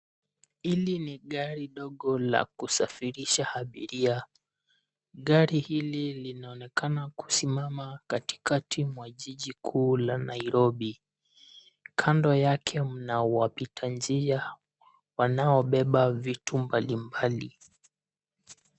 Hili ni gari dogo la kusafirisha abiria. Gari hili linaonekana kusimama katikati mwa jiji kuu la Nairobi. Kando yake mna wapita njia wanaobeba vitu mbalimbali.